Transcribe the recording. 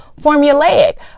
formulaic